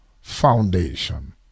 foundation